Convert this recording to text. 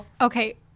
Okay